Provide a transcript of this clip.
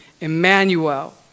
Emmanuel